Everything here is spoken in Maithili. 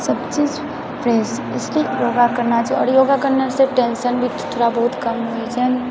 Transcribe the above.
सबचीज फ्रेश ईसलिए योगा करना चाहिए आओर योगा करने से टेन्शन भी थोड़ा बहुत कम होइ छै